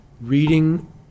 reading